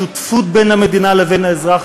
שותפות בין המדינה לבין האזרח,